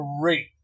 great